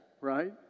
right